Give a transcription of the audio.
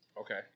Okay